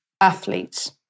athletes